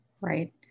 Right